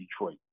Detroit